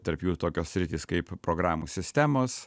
tarp jų tokios sritys kaip programų sistemos